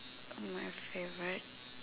my favourite